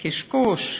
קשקוש.